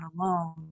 alone